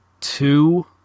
two